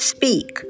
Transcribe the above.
Speak